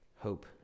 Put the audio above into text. hope